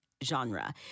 genre